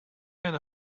kind